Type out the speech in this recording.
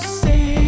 say